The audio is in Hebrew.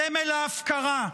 סמל ההפקרה.